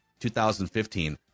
2015